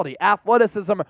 athleticism